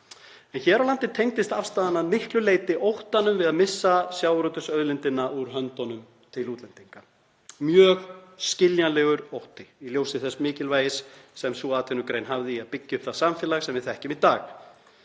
En hér á landi tengdist afstaðan að miklu leyti óttanum við að missa sjávarútvegsauðlindina úr höndunum til útlendinga, mjög skiljanlegur ótti í ljósi þess mikilvægis sem sú atvinnugrein hafði í að byggja upp það samfélag sem við þekkjum í dag.